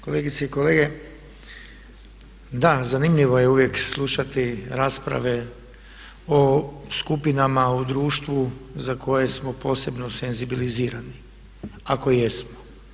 Kolegice i kolege da zanimljivo je uvijek slušati rasprave o skupinama u društvu za koje smo posebno senzibilizirani ako jesmo.